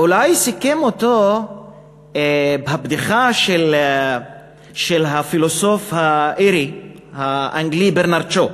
אולי סיכמה אותו הבדיחה של הפילוסוף האירי האנגלי ברנרד שו.